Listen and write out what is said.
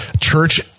Church